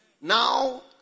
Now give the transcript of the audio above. Now